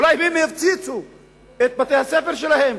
אולי הם הפציצו את בתי-הספר שלהם?